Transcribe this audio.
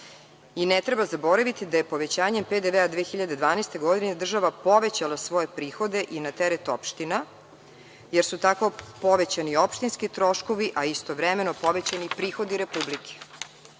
Ne treba zaboraviti da je povećanjem PDV 2012. godine država povećala svoje prihode i na teret opština, jer su tako povećani opštinski troškovi, a istovremeno povećani prihodi Republike. Dalje,